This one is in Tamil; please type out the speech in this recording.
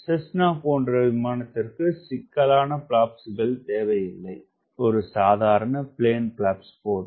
செஸ்னா போன்ற விமானத்திற்கு சிக்கலான பிளாப்ஸ்கள் தேவையில்லை ஒரு சாதாரண பிளேன் பிளாப்ஸ் போதும்